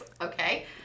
Okay